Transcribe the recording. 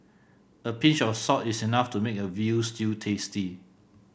a pinch of salt is enough to make a veal stew tasty